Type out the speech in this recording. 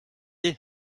est